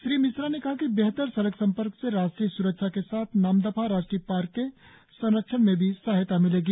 श्री मिश्रा ने कहा कि बेहतर सड़क संपर्क से राष्ट्रीय स्रक्षा के साथ नामदफा राष्ट्रीय पार्क के संरक्षण में भी सहायता मिलेगी